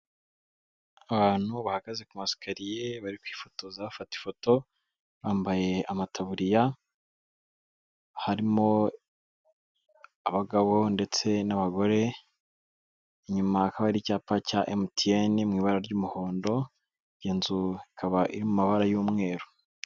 Abantu bahagaze ku masikariye bari kwifotoza bafata ifoto, bambaye amataburiya harimo abagabo ndetse n'abagore, inyuma hakaba hari icyapa cya MTN mu ibara ry'umuhondo, iyo nzu ikaba iri mu mabara y'umweru.